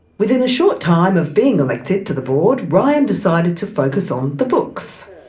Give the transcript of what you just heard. within a short time of being elected to the board, ryan decided to focus on the books.